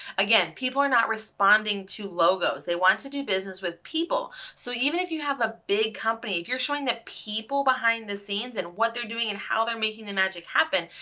again, people are not responding to logos they want to do business with people. so even if you have a big company, if you're showing that people behind the scenes and what they're doing and how they're making the magic happen,